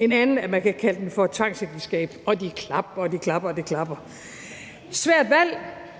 En anden foreslår, at man kan kalde den for et tvangsægteskab. Og de klapper, og de klapper. Svært valg,